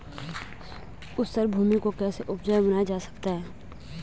ऊसर भूमि को कैसे उपजाऊ बनाया जा सकता है?